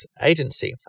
agency